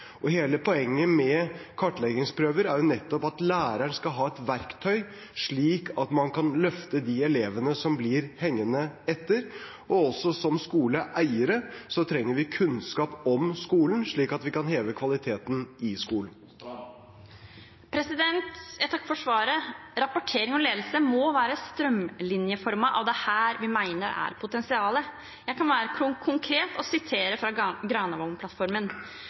Hele poenget med kartleggingsprøver er nettopp at læreren skal ha et verktøy, slik at man kan løfte de elevene som blir hengende etter. Også som skoleeiere trenger vi kunnskap om skolen, slik at vi kan heve kvaliteten i skolen. Jeg takker for svaret. Rapportering og ledelse må være strømlinjeformet, og det er her vi mener det er et potensial. Jeg kan være konkret og